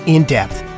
In-Depth